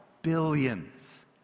Billions